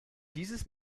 dieses